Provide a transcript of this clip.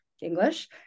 English